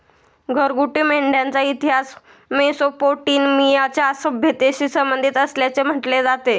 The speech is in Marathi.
घरगुती मेंढ्यांचा इतिहास मेसोपोटेमियाच्या सभ्यतेशी संबंधित असल्याचे म्हटले जाते